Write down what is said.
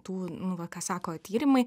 tų nu va ką sako tyrimai